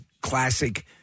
classic